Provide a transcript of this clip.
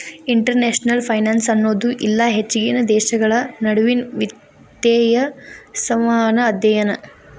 international finance ಅನ್ನೋದು ಇಲ್ಲಾ ಹೆಚ್ಚಿನ ದೇಶಗಳ ನಡುವಿನ್ ವಿತ್ತೇಯ ಸಂವಹನಗಳ ಅಧ್ಯಯನ